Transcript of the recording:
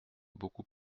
beaucoup